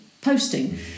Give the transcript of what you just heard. posting